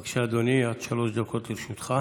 בבקשה, אדוני, עד שלוש דקות לרשותך.